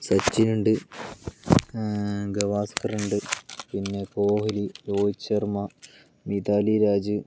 സച്ചിനുണ്ട് ഗവാസ്ക്കറുണ്ട് പിന്നെ കോഹ്ലി രോഹിത് ശർമ്മ മിതാലി രാജ്